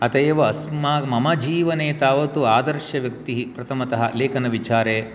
अत एव अस्माकं मम जीवने तावत्तु आदर्शव्यक्तिः प्रथमतः लेखनविचारे